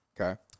Okay